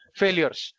failures